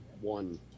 one